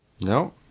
No